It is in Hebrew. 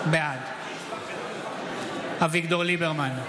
בעד אביגדור ליברמן,